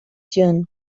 june